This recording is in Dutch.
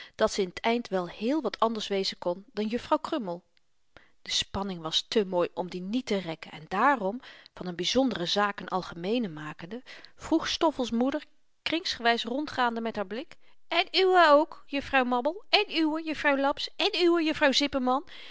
dat ze in t eind wel heel wat anders wezen kon dan juffrouw krummel de spanning was te mooi om die niet te rekken en daarom van n byzondere zaak n algemeene makende vroeg stoffel's moeder kringsgewys rondgaande met haar blik en uwé ook juffrouw mabbel en uwé juffrouw laps en uwé juffrouw zipperman